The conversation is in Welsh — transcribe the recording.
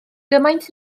gymaint